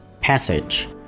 Passage